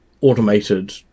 automated